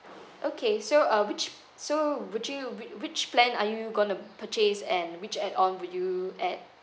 okay so uh which so would you whi~ which plan are you going to purchase and which add on would you add